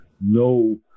no